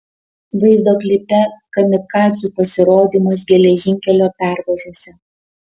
vaizdo klipe kamikadzių pasirodymas geležinkelio pervažose